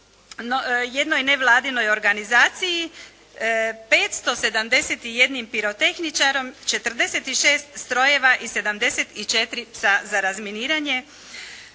jednoj nevladinoj organizaciji, 571 pirotehničarom, 46 strojeva i 74 psa za razminiranje.